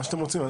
מה שאתם רוצים.